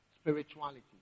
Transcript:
spirituality